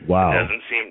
Wow